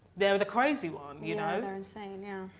they were the crazy one, you know, they're insane yeah,